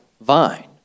vine